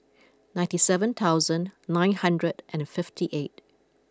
ninety seven thousand nine hundred and fifty eight